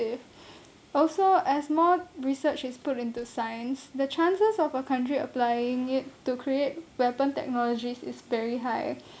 also as more research is put into science the chances of a country applying it to create weapon technologies is very high